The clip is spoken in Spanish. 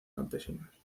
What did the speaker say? campesinos